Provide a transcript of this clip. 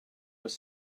was